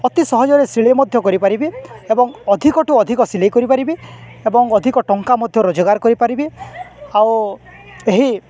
ଅତି ସହଜରେ ସିଲେଇ ମଧ୍ୟ କରିପାରିବି ଏବଂ ଅଧିକଠୁ ଅଧିକ ସିଲେଇ କରିପାରିବି ଏବଂ ଅଧିକ ଟଙ୍କା ମଧ୍ୟ ରୋଜଗାର କରିପାରିବି ଆଉ ଏହି